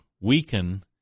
weaken